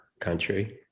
country